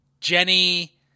Jenny